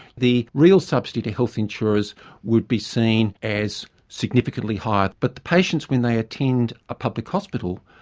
the real subsidy to health insurers would be seen as significantly higher. but the patients when they attend a public hospital,